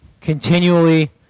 continually